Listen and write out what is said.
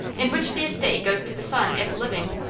in which the estate goes to the son, if living.